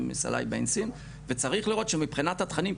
עם סליי וצריך לראות שמבחינת התכנים,